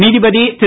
நீதிபதி திரு